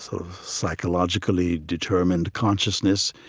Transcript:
so of psychologically determined consciousness.